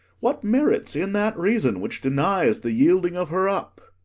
what merit's in that reason which denies the yielding of her up?